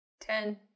ten